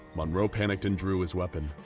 monroe panicked and drew his weapon,